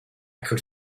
could